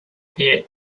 bit